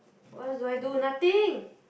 what else do I do nothing